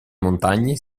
montagne